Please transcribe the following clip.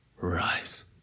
Rise